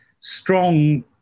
strong